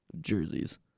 jerseys